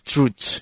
Truth